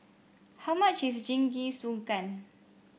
how much is Jingisukan